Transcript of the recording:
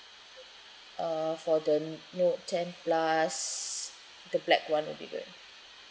uh for the note ten plus the black one will be good